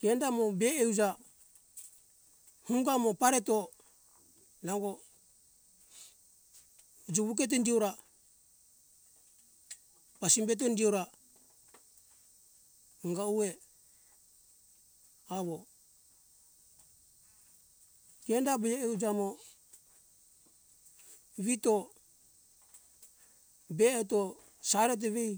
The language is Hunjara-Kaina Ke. kenda mo beuja honga mo pareto nango jowuketo indiora pasimbeto indiora anga uwe awo kenda beuja mo vito be eto sareto vei